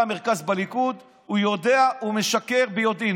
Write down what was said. המרכז בליכוד הוא יודע שהוא משקר ביודעין.